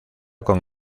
con